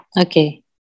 okay